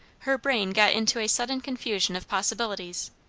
her brain got into a sudden confusion of possibilities.